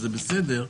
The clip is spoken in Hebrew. וזה בסדר,